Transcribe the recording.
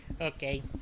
Okay